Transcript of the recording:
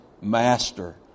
master